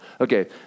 Okay